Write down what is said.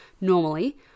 normally